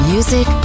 Music